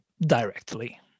directly